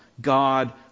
God